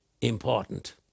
important